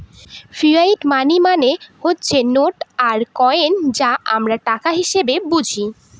fiat money মানে হচ্ছে note আর কয়েন যা আমরা টাকা হিসেবে বুঝি